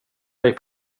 dig